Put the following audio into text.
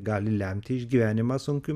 gali lemti išgyvenimą sunkiu